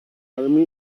army